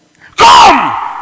Come